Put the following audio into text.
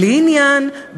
בלי עניין,